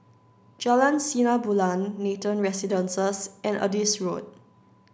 Jalan Sinar Bulan Nathan Residences and Adis Road